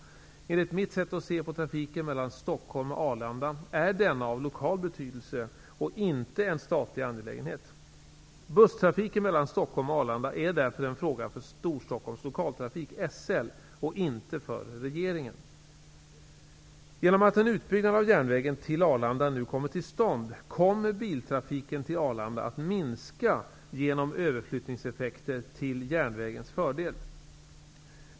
Enligt mitt sätt att se på trafiken mellan Stockholm och Arlanda är denna av lokal betydelse och inte en statlig angelägenhet. och inte för regeringen. Arlanda att minska genom överflyttningseffekter till järnvägens fördel.